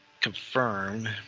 Confirm